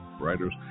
writers